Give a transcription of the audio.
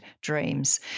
dreams